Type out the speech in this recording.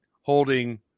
holding